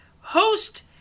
host